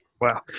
Wow